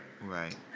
right